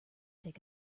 pick